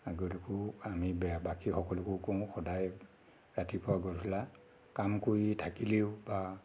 আগলকেও আমি বাকীসকলোকো কওঁ সদায় ৰাতিপুৱা গধূলা কাম কৰি থাকিলেও বা